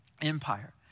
empire